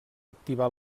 activar